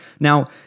Now